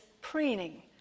preening